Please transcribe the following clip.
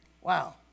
Wow